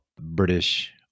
British